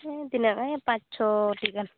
ᱦᱮᱸ ᱛᱤᱱᱟᱹᱜ ᱜᱟᱱ ᱯᱟᱸᱪ ᱪᱷᱚᱴᱤ ᱜᱟᱱ